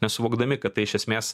nesuvokdami kad tai iš esmės